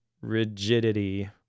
rigidity